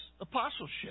apostleship